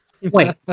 Wait